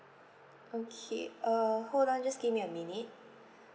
okay uh hold on just give me a minute